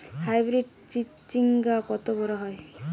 Hybrid চিচিংঙ্গা কত বড় হয়?